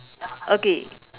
okay